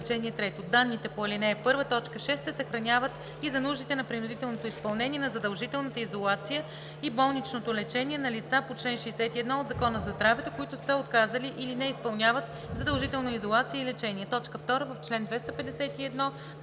трето: „Данните по ал. 1, т. 6 се съхраняват и за нуждите на принудителното изпълнение на задължителната изолация и болничното лечение на лица по чл. 61 от Закона за здравето, които са отказали или не изпълняват задължителна изолация и лечение.“